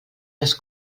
les